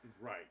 Right